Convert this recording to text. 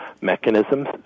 mechanisms